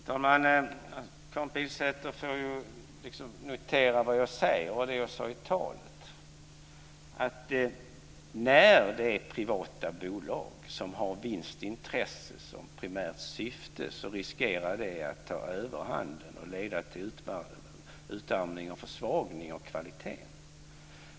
Fru talman! Karin Pilsäter får väl notera vad jag säger och det som jag sade i talet. När det är fråga om privata bolag som har vinstintresse som primärt syfte så riskerar detta att ta överhand och leda till utarmning och försvagning av kvaliteten.